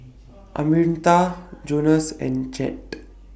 Arminta Jonas and Jett